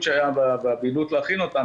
ומרוב הבהילות להכין אותה,